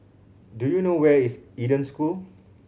do you know where is Eden School